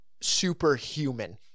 superhuman